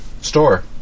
store